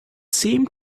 seemed